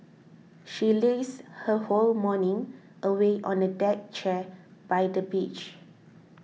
she lazed her whole morning away on a deck chair by the beach